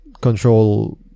control